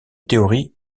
théorie